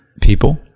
people